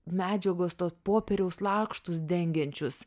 medžiagos to popieriaus lakštus dengiančius